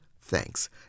thanks